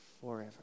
forever